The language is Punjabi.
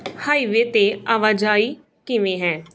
ਹਾਈਵੇਅ 'ਤੇ ਆਵਾਜਾਈ ਕਿਵੇਂ ਹੈ